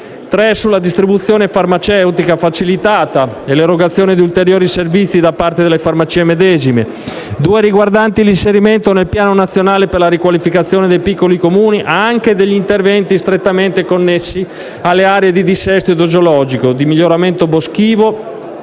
la distribuzione farmaceutica facilitata e l'erogazione di ulteriori servizi da parte delle farmacie medesime. Due ordini del giorno riguardano l'inserimento nel Piano nazionale per la riqualificazione dei piccoli Comuni anche degli interventi strettamente connessi alle aree in dissesto idrogeologico, di miglioramento boschivo